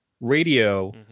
radio